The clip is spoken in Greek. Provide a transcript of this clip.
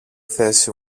θέση